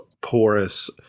porous